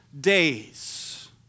days